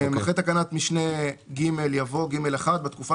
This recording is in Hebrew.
(3)אחרי תקנת משנה (ג) יבוא -: אחרי תקנת משנה ג יבוא: "(ג1) בתקופה